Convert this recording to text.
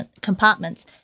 compartments